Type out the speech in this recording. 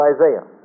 Isaiah